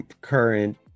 current